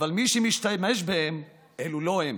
אבל מי שמשתמש בהם אלו לא הם